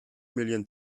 million